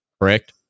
correct